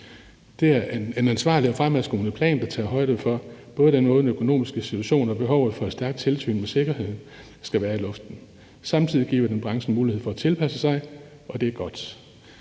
Det er en ansvarlig og fremadskuende plan, der tager højde for både den økonomiske situation og for behovet for et stærkt tilsyn med den sikkerhed, der skal være i luften. Samtidig giver den branchen mulighed for at tilpasse sig, og det er godt.